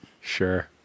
Sure